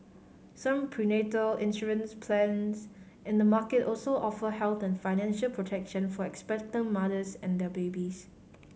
some prenatal insurance plans in the market also offer health and financial protection for expectant mothers and their babies